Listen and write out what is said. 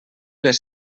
les